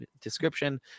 description